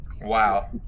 Wow